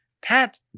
Pat